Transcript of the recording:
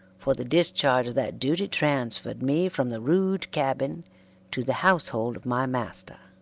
for the discharge of that duty transferred me from the rude cabin to the household of my master.